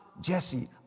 Jesse